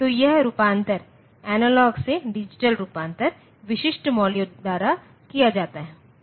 तो यह रूपांतरण एनालॉग से डिजिटल रूपांतरण विशिष्ट मॉड्यूल द्वारा किया जाता है